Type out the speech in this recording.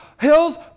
Hills